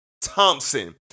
Thompson